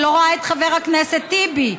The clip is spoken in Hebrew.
אני לא רואה את חבר הכנסת טיבי.